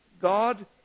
God